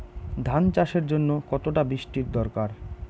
ধান চাষের জন্য কতটা বৃষ্টির দরকার?